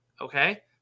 okay